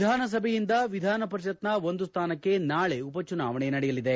ವಿಧಾನಸಭೆಯಿಂದ ವಿಧಾನ ಪರಿಷತ್ನ ಒಂದು ಸ್ಥಾನಕ್ಕೆ ನಾಳೆ ಉಪಚುನಾವಣೆ ನಡೆಯಲಿದೆ